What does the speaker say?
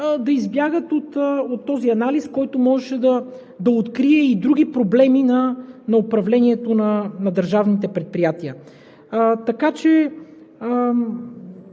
да избягат от този анализ, който можеше да открие и други проблеми на управлението на държавните предприятия.